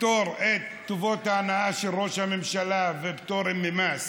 לפטור את טובות ההנאה של ראש הממשלה בפטורים ממס